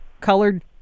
colored